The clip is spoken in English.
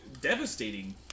devastating